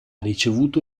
ricevuto